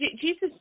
Jesus